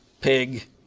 pig